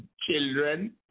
children